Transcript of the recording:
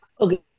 Okay